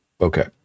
Okay